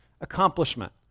accomplishment